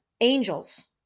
angels